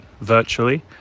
virtually